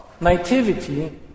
Nativity